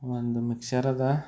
ಒಂದು ಮಿಕ್ಸರ್ ಅದ